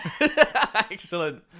Excellent